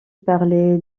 parlé